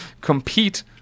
Compete